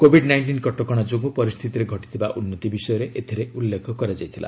Covid nineteen କଟକଣା ଯୋଗୁଁ ପରିସ୍ଥିତିରେ ଘଟିଥିବା ଉନ୍ନତି ବିଷୟରେ ଏଥିରେ ଉଲ୍ଲେଖ କରାଯାଇଥିଲା